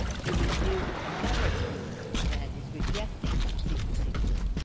to review a merits ruling that is rejecting the secrecy plea.